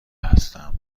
هستم